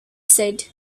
said